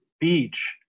beach